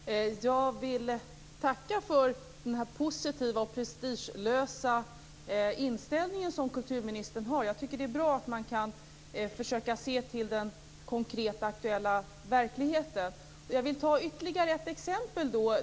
Herr talman! Jag vill tacka för den positiva och prestigelösa inställningen som kulturministern har. Det är bra att man försöker se till den konkreta aktuella verkligheten. Jag vill ta upp ytterligare ett exempel.